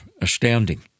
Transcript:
astounding